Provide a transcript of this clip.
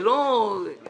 אנחנו